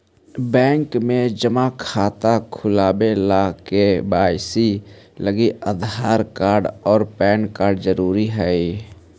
bank में जमा खाता खुलावे ला के.वाइ.सी लागी आधार कार्ड और पैन कार्ड ज़रूरी हई